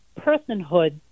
personhood